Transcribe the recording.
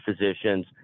physicians